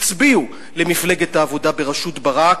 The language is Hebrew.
הצביעו למפלגת העבודה בראשות ברק,